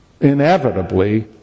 inevitably